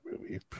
movie